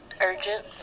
urgent